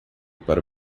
para